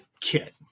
kit